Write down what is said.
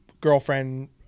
girlfriend